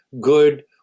good